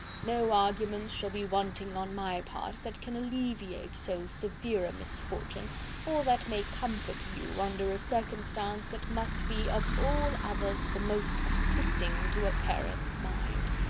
no arguments shall be wanting on my part that can alleviate so severe a misfortune or that may comfort you, under a circumstance that must be of all others the most afflicting to a parent's mind.